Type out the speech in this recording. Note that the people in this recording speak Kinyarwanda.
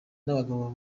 n’abo